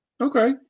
Okay